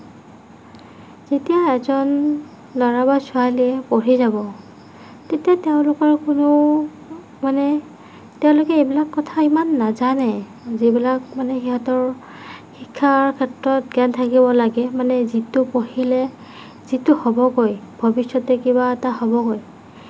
যেতিয়া এজন ল'ৰা বা ছোৱালীয়ে পঢ়ি যাব তেতিয়া তেওঁলোকৰ কোনো মানে তেওঁলোকে এইবিলাক কথা ইমান নাজানে যিবিলাক মানে সিহঁতৰ শিক্ষাৰ ক্ষেত্ৰত জ্ঞান থাকিব লাগে মানে যিটো পঢ়িলে যিটো হ'বগৈ ভৱিষ্যতে কিবা এটা হ'বগৈ